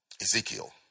Ezekiel